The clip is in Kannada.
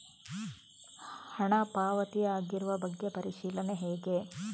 ಹಣ ಪಾವತಿ ಆಗಿರುವ ಬಗ್ಗೆ ಪರಿಶೀಲನೆ ಹೇಗೆ?